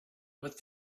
what